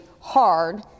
hard